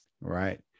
Right